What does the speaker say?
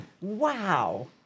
wow